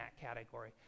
category